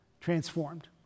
Transformed